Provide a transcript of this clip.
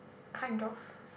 kind of